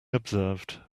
observed